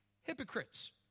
hypocrites